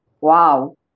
wow